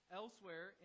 elsewhere